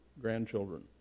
grandchildren